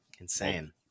Insane